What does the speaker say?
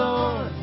Lord